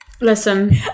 Listen